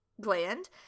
gland